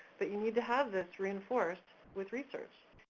but you need to have this reinforced with research.